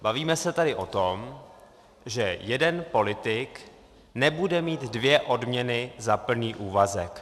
Bavíme se tady o tom, že jeden politik nebude mít dvě odměny za plný úvazek.